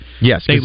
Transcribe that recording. Yes